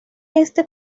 este